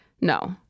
No